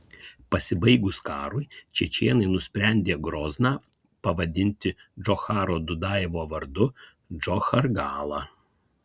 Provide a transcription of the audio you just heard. pasibaigus karui čečėnai nusprendę grozną pavadinti džocharo dudajevo vardu džochargala